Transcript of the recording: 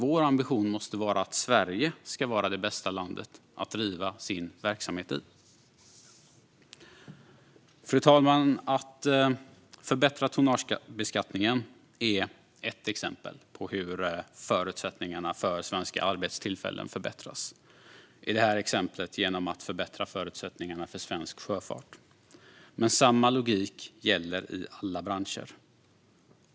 Vår ambition måste vara att Sverige ska vara det bästa landet att driva sin verksamhet i. Fru talman! Förbättring av tonnagebeskattningen är ett exempel på hur förutsättningarna för svenska arbetstillfällen förbättras, i det här exemplet genom förbättring av förutsättningarna för svensk sjöfart. Samma logik gäller i alla branscher.